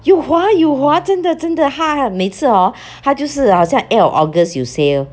有划有划真的真的它它每次 hor 它就是好像 eight of august 有 sale